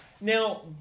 Now